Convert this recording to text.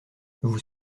vous